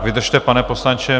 Vydržte, pane poslanče.